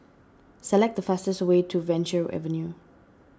select the fastest way to Venture Avenue